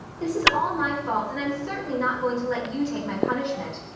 this is all my fault and i'm certainly not going to let you take my punishment.